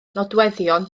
nodweddion